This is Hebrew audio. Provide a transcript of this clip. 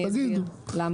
אני אסביר למה.